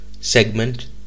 segment